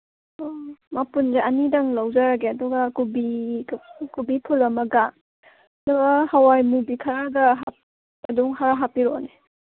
ꯑꯣ ꯃꯄꯨꯟꯁꯦ ꯑꯅꯤꯗꯪ ꯂꯧꯖꯔꯒꯦ ꯑꯗꯨꯒ ꯀꯣꯕꯤ ꯀꯣꯕꯤꯐꯨꯜ ꯑꯃꯒ ꯑꯗꯨꯒ ꯍꯋꯥꯏ ꯃꯨꯕꯤ ꯈꯔꯒ ꯑꯗꯨꯝ ꯈꯔ ꯍꯥꯞꯄꯤꯔꯛꯑꯣꯅꯦ